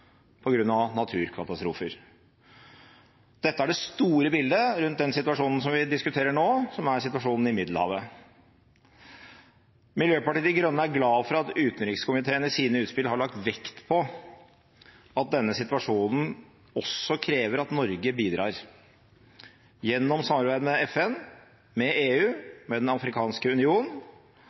av naturkatastrofer. Dette er det store bildet rundt den situasjonen som vi diskuterer nå, som er situasjonen i Middelhavet. Miljøpartiet De Grønne er glad for at utenrikskomiteen i sine utspill har lagt vekt på at denne situasjonen også krever at Norge bidrar, gjennom samarbeid med FN, med EU, med Den afrikanske union,